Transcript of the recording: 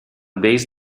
base